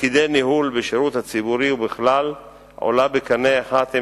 ניהול בשירות הציבורי ובכלל עולה בקנה אחד עם